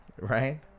right